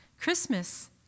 Christmas